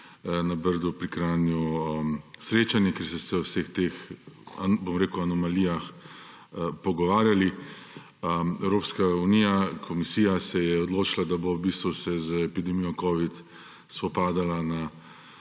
na Brdu pri Kranju srečanje, kjer ste se o vseh teh, bom rekel, anomalijah, pogovarjali. Evropska unija, Komisija, se je odločila, da se bo v bistvu z epidemijo covid spopadala na